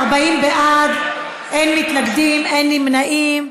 40 בעד, אין מתנגדים, אין נמנעים.